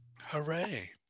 Hooray